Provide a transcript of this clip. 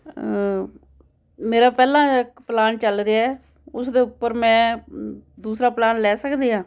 ਮੇਰਾ ਪਹਿਲਾਂ ਇੱਕ ਪਲਾਨ ਚੱਲ ਰਿਹਾ ਹੈ ਉਸ ਦੇ ਉੱਪਰ ਮੈਂ ਦੂਸਰਾ ਪਲਾਨ ਲੈ ਸਕਦੀ ਹਾਂ